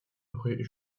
rue